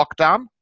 lockdown